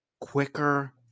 quicker